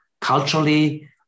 culturally